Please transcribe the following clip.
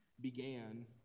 began